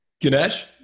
Ganesh